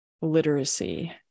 literacy